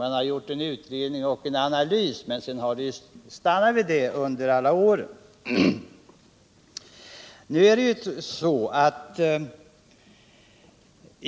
Man har gjort en utredning och en analys, men det har stannat vid detta under alla de gångna åren.